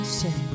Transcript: say